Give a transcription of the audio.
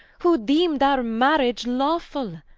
who deem'd our marriage lawful.